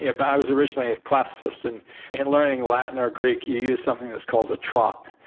you know but i was originally a classist in and learning latin or greek. you use something that's called a trot.